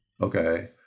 Okay